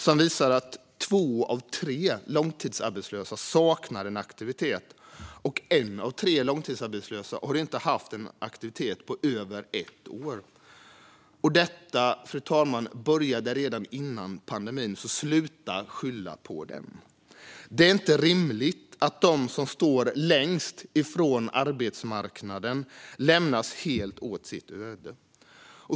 Den visar att två av tre långtidsarbetslösa saknar en aktivitet och att en av tre långtidsarbetslösa inte har haft en aktivitet på över ett år. Detta började dessutom redan innan pandemin, fru talman, så den får man sluta skylla på. Det är inte rimligt att de som står längst från arbetsmarknaden lämnas helt åt sitt öde.